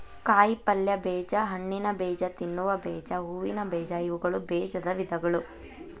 ಕಾಯಿಪಲ್ಯ ಬೇಜ, ಹಣ್ಣಿನಬೇಜ, ತಿನ್ನುವ ಬೇಜ, ಹೂವಿನ ಬೇಜ ಇವುಗಳು ಬೇಜದ ವಿಧಗಳು